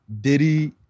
Diddy